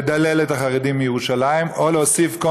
לדלל את החרדים בירושלים או להוסיף כל